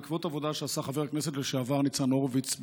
בעקבות עבודה שעשה חבר הכנסת לשעבר ניצן הורוביץ,